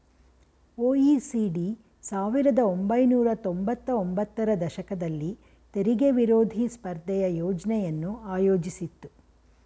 OECD ಸಾವಿರದ ಒಂಬೈನೂರ ತೊಂಬತ್ತ ಒಂಬತ್ತರ ದಶಕದಲ್ಲಿ ತೆರಿಗೆ ವಿರೋಧಿ ಸ್ಪರ್ಧೆಯ ಯೋಜ್ನೆಯನ್ನು ಆಯೋಜಿಸಿತ್ತು